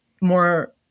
more